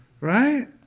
Right